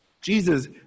Jesus